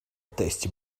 tasty